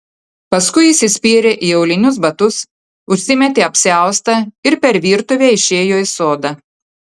paskui įsispyrė į aulinius batus užsimetė apsiaustą ir per virtuvę išėjo į sodą